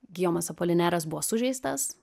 gijomas apolineras buvo sužeistas